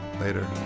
Later